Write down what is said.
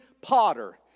Potter